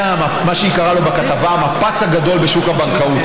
מה שהיא קראה לו בכתבה "המפץ הגדול בשוק הבנקאות",